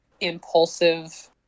impulsive